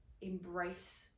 embrace